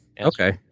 Okay